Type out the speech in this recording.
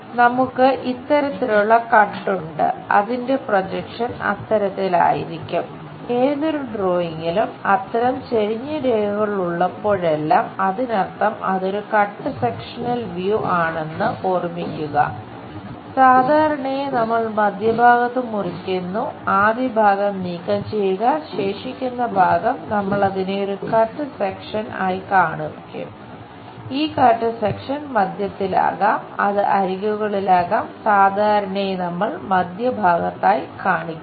നമുക്ക് ഇത്തരത്തിലുള്ള കട്ട് മധ്യത്തിലാകാം അത് അരികുകളിലും ആകാം സാധാരണയായി നമ്മൾ മധ്യഭാഗത്തായി കാണിക്കുന്നു